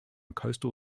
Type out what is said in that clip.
coastal